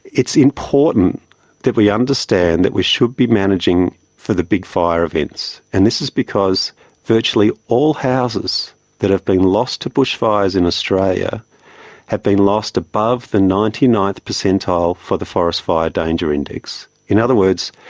it's important that we understand that we should be managing for the big fire events. and this is because virtually all houses that have been lost to bushfires in australia have been lost above the ninety ninth percentile for the forest fire danger index. in other words,